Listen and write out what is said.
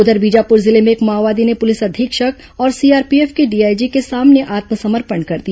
उधर बीजापुर जिले में एक माओवादी ने पुलिस अधीक्षक और सीआरपीएफ के डीआईजी के सामने आत्मसमर्पण कर दिया